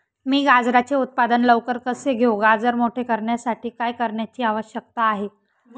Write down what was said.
मी गाजराचे उत्पादन लवकर कसे घेऊ? गाजर मोठे करण्यासाठी काय करण्याची आवश्यकता आहे?